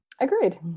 agreed